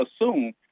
assume